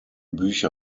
bücher